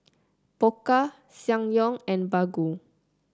Pokka Ssangyong and Baggu